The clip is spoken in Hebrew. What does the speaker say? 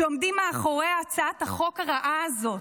שעומדים מאחורי הצעת החוק הרעה הזאת.